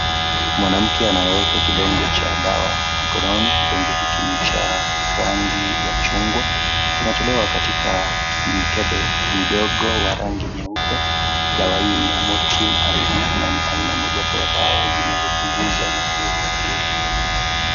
Mwanamke anayoeka kidonge cha dawa mkononi, kidonge hiki ni cha rangi ya chungwa, kinatolewa katika mkebe mdogo wa rangi nyeupe, dawa hii ni ya motrin ib na ni aina moja wapo ya dawa zinazopunguza maumivu mwilini.